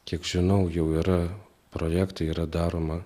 kiek žinau jau yra projektai yra daroma